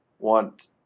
want